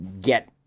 get